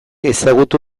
ezagutu